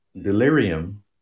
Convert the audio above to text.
delirium